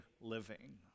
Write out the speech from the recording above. living